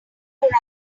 around